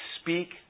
speak